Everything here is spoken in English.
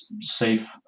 safe